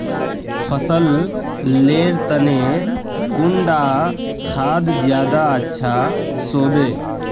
फसल लेर तने कुंडा खाद ज्यादा अच्छा सोबे?